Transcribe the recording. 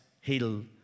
heal